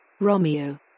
Romeo